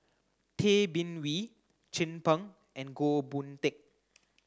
Tay Bin Wee Chin Peng and Goh Boon Teck